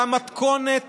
והמתכונת